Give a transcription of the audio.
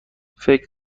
فکر